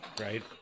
right